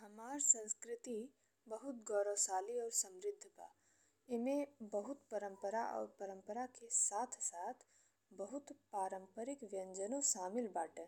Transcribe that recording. हमार संस्कृति बहुत गौरवशाली और समृद्ध बा। ई में बहुत परंपरा और परंपरा के साथ-साथ बहुत पारंपरिक व्यंजन शामिल बाटे।